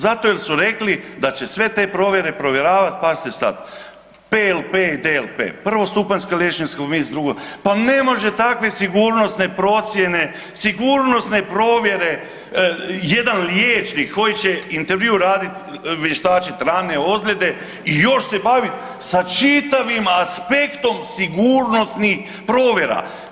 Zato jer su rekli da će sve te provjere provjeravat pazite sad PLP i DLP, prvostupanjsko liječničko … [[Govornik se ne razumije]] pa ne može takve sigurnosne procijene, sigurnosne provjere jedan liječnik koji će intervju radit i vještačit rane ozljede i još se bavit sa čitavim aspektom sigurnosnih provjera.